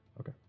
Okay